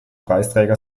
preisträger